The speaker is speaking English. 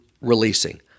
releasing